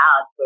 out